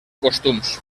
costums